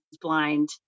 blind